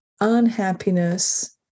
unhappiness